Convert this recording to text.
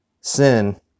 sin